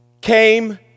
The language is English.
came